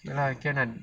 ya lah can [one]